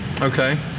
okay